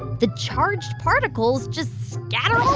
the charged particles just scatter all